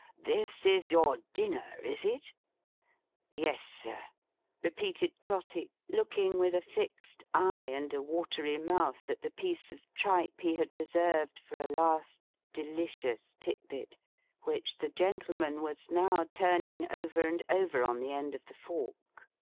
this is your dinner, is it yes, sir repeated trotty, looking with a fixed eye and a watery mouth, at the piece of tripe he had reserved for a last delicious tit-bit which the gentleman was now turning over and over on the end of the fork.